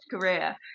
career